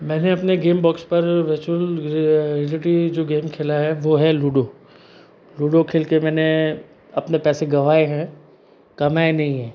मैंने अपने game box पर वर्चुअल जो गेम खेला है वो है लूडो लूडो खेल के मैंने अपने पैसे गवाएं हैं कमाए नहीं हैं